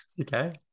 Okay